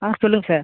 ஆ சொல்லுங்கள் சார்